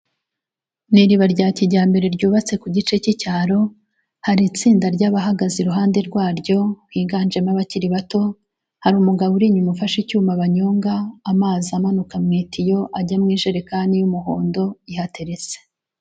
Ni iriba rya kijyambere ryubatse ku gice cy'icyaro, hari itsinda ry'abahagaze iruhande rwaryo higanjemo abakiri bato, hari umugabo uri inyuma, ufashe icyuma banyonga. Amazi amanuka mu itiyo ajya mu ijerekani y'umuhondo ihateretse.